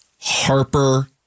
Harper